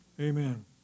Amen